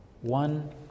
One